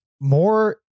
more